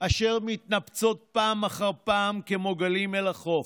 אשר מתנפצות פעם אחר פעם כמו גלים אל החוף.